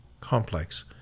complex